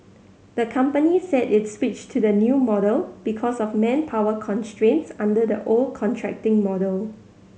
the company said it switched to the new model because of manpower constraints under the old contracting model